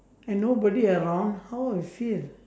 and nobody around how I feel